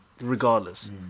regardless